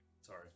Sorry